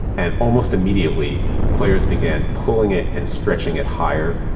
and almost immediately players begun pulling it and stretching it higher.